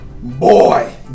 Boy